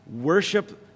Worship